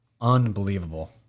Unbelievable